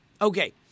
Okay